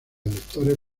electores